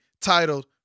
titled